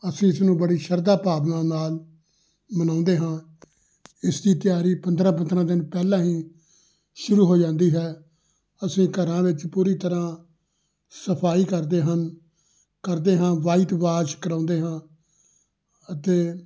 ਅਸੀਂ ਇਸ ਨੂੰ ਬੜੀ ਸ਼ਰਧਾ ਭਾਵਨਾ ਨਾਲ ਮਨਾਉਂਦੇ ਹਾਂ ਇਸ ਦੀ ਤਿਆਰੀ ਪੰਦਰਾਂ ਪੰਦਰਾਂ ਦਿਨ ਪਹਿਲਾਂ ਹੀ ਸ਼ੁਰੂ ਹੋ ਜਾਂਦੀ ਹੈ ਅਸੀਂ ਘਰਾਂ ਵਿੱਚ ਪੂਰੀ ਤਰ੍ਹਾਂ ਸਫਾਈ ਕਰਦੇ ਹਨ ਕਰਦੇ ਹਾਂ ਵਾਈਟ ਵਾਸ਼ ਕਰਾਉਂਦੇ ਹਾਂ ਅਤੇ